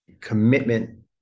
Commitment